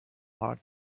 hard